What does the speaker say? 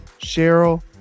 Cheryl